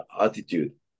attitude